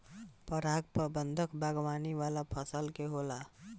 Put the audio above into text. पराग प्रबंधन बागवानी वाला फसल के होला